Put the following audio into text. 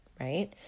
right